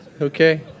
okay